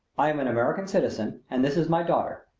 i am an american citizen and this is my daughter.